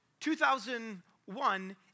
2001